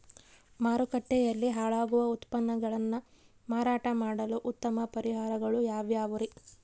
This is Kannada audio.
ಮಾರುಕಟ್ಟೆಯಲ್ಲಿ ಹಾಳಾಗುವ ಉತ್ಪನ್ನಗಳನ್ನ ಮಾರಾಟ ಮಾಡಲು ಉತ್ತಮ ಪರಿಹಾರಗಳು ಯಾವ್ಯಾವುರಿ?